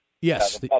Yes